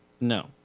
No